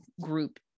group